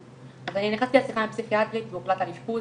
אז אני נכנסתי לשיחה עם פסיכיאטרית והוחלט על אשפוז,